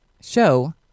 show